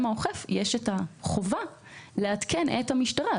האוכף יש את החובה לעדכן את המשטרה.